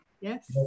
Yes